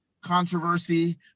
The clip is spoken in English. controversy